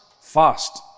fast